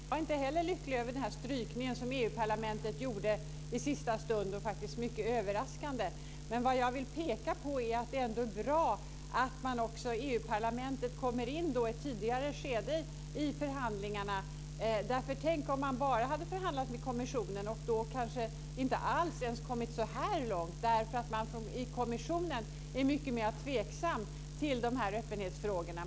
Fru talman! Jag är inte heller lycklig över denna strykning som EU-parlamentet gjorde i sista stund och faktiskt mycket överraskande. Men vad jag vill peka på är att det ändå är bra att EU-parlamentet kommer in i ett tidigare skede i förhandlingarna. Tänk om vi bara hade förhandlat med kommissionen! Då hade vi kanske inte ens kommit så här långt, eftersom man i kommissionen är mycket mer tveksam till öppenhetsfrågorna.